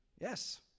Yes